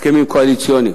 הסכמים קואליציוניים.